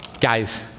Guys